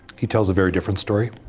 he tells a very different story.